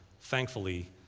thankfully